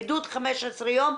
בידוד 15 יום,